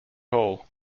hall